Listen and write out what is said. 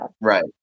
Right